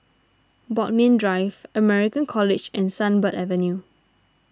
Bodmin Drive American College and Sunbird Avenue